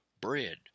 bread